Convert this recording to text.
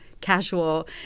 casual